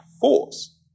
force